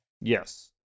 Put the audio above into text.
Yes